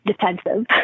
defensive